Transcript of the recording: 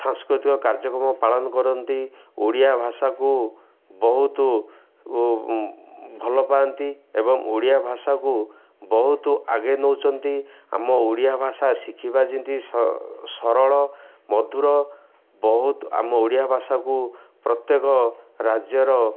ସାଂସ୍କୃତିକ କାର୍ଯ୍ୟକ୍ରମ ପାଳନ କରନ୍ତି ଓଡ଼ିଆ ଭାଷାକୁ ବହୁତ ଭଲ ପାଆନ୍ତି ଏବଂ ଓଡ଼ିଆ ଭାଷାକୁ ବହୁତ ଆଗେ ନଉଛନ୍ତି ଆମ ଓଡ଼ିଆ ଭାଷା ଶିଖିବା ଯେମିତି ସରଳ ମଧୁର ବହୁତ ଆମ ଓଡ଼ିଆ ଭାଷାକୁ ପ୍ରତ୍ୟେକ ରାଜ୍ୟର